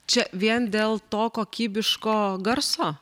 čia vien dėl to kokybiško garso